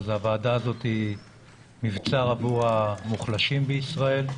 הוועדה הזאת היא מבצר עבור המוחלשים בישראל,